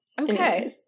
Okay